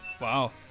Wow